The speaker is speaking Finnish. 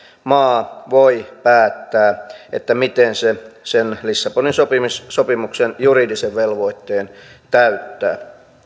maa voi päättää miten se sen lissabonin sopimuksen juridisen velvoitteen täyttää